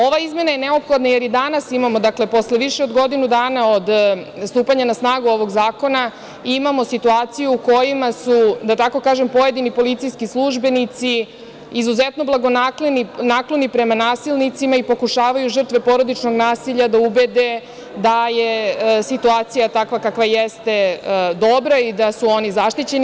Ova izmena je neophodna jer i danas, dakle posle više godinu dana od stupanja na snagu ovog zakona, imamo situaciju u kojima su, da tako kažem, pojedini policijski službenici izuzetno blagonakloni prema nasilnicima i pokušavaju žrtve porodičnog nasilja da ubede da je situacija, takva kakva jeste, dobra i da su oni zaštićeni.